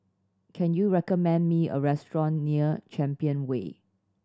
can you recommend me a restaurant near Champion Way